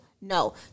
no